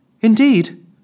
Indeed